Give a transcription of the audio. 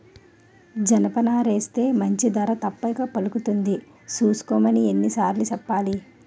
జనపనారేస్తే మంచి ధర తప్పక పలుకుతుంది సూసుకోమని ఎన్ని సార్లు సెప్పాలి?